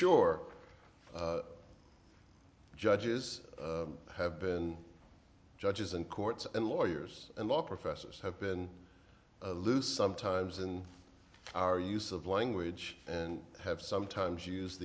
sure judges have been judges and courts and lawyers and law professors have been a loose sometimes in our use of language and have sometimes use